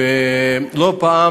לא פעם,